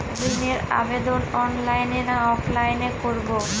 ঋণের আবেদন অনলাইন না অফলাইনে করব?